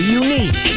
unique